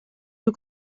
you